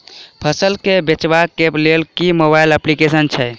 फसल केँ बेचबाक केँ लेल केँ मोबाइल अप्लिकेशन छैय?